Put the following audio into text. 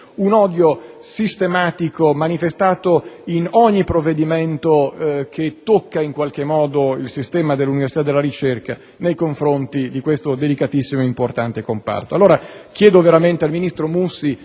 un odio sistematico manifestato in ogni provvedimento che tocca il sistema dell'università e della ricerca nei confronti di questo delicatissimo e importante comparto. Chiedo allora al ministro Mussi